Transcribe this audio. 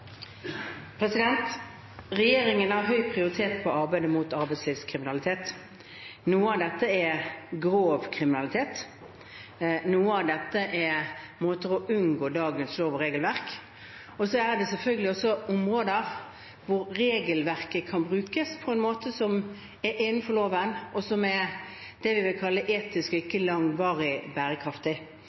Regjeringen prioriterer arbeidet mot arbeidslivskriminalitet høyt. Noe av dette er grov kriminalitet, noe av dette er måter å unngå dagens lovverk og regelverk på. Det er selvfølgelig også områder hvor regelverket kan brukes på en måte som er innenfor loven, og som er det vi vil kalle etisk ikke langvarig bærekraftig.